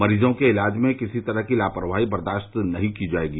मरीजों के इलाज में किसी तरह की लापरवाही बर्दास्त नही की जायेगी